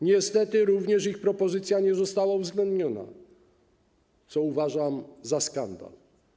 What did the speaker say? Niestety również ich propozycja nie została uwzględniona, co uważam za skandal.